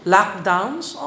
Lockdowns